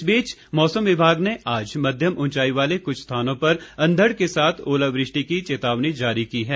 इस बीच मौसम विभाग ने आज मध्यम उंचाई वाले कुछ स्थानों पर अंधड़ के साथ ओलावृष्टि की चेतावनी जारी की है